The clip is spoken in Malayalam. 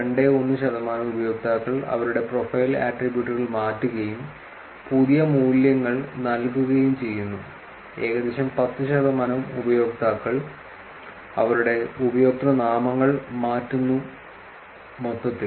21 ശതമാനം ഉപയോക്താക്കൾ അവരുടെ പ്രൊഫൈൽ ആട്രിബ്യൂട്ടുകൾ മാറ്റുകയും പുതിയ മൂല്യങ്ങൾ നൽകുകയും ചെയ്യുന്നു ഏകദേശം 10 ശതമാനം ഉപയോക്താക്കൾ അവരുടെ ഉപയോക്തൃനാമങ്ങൾ മാറ്റുന്നു മൊത്തത്തിൽ